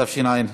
התשע"ח